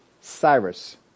Cyrus